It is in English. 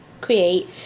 create